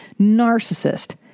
narcissist